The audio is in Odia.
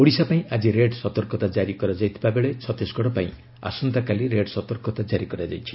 ଓଡ଼ିଶା ପାଇଁ ଆଜି ରେଡ୍ ସତର୍କତା କ୍କାରି କରାଯାଇଥିବା ବେଳେ ଛତିଶଗଡ଼ ପାଇଁ ଆସନ୍ତାକାଲି ରେଡ୍ ସତର୍କତା ଜାରି କରାଯାଇଛି